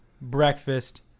breakfast